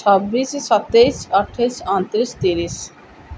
ଛବିଶି ସତେଇଶି ଅଠେଇଶି ଅଣତିରିଶି ତିରିଶି